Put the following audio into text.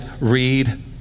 read